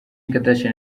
kardashian